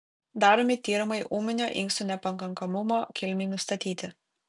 daromi tyrimai ūminio inkstų nepakankamumo kilmei nustatyti